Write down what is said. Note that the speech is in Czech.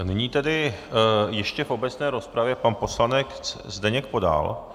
Nyní tedy ještě v obecné rozpravě pan poslanec Zdeněk Podal.